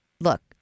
look